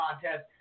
contest